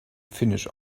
finish